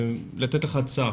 אני רוצה לתת לך עצה